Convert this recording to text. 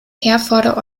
herforder